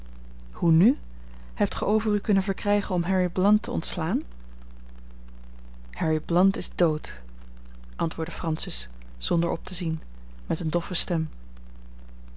hoe nu hebt ge over u kunnen verkrijgen om harry blount te ontslaan harry blount is dood antwoordde francis zonder op te zien met eene doffe stem